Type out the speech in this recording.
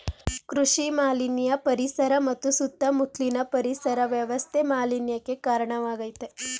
ಕೃಷಿ ಮಾಲಿನ್ಯ ಪರಿಸರ ಮತ್ತು ಸುತ್ತ ಮುತ್ಲಿನ ಪರಿಸರ ವ್ಯವಸ್ಥೆ ಮಾಲಿನ್ಯಕ್ಕೆ ಕಾರ್ಣವಾಗಾಯ್ತೆ